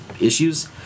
issues